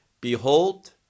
Behold